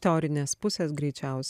teorinės pusės greičiausiai